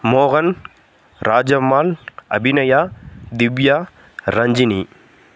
மோகன் ராஜம்மாள் அபிநயா திவ்யா ரஞ்சினி